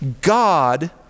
God